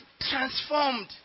transformed